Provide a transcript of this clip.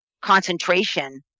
concentration